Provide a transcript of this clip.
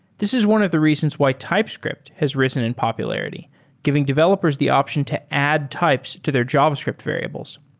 this is one of the reasons why typescript has risen in popularity giving developers the option to add types to their javascript variables.